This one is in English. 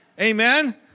Amen